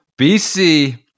BC